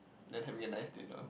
then having a nice dinner